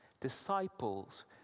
Disciples